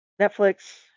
Netflix